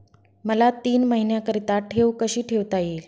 मला तीन महिन्याकरिता ठेव कशी ठेवता येईल?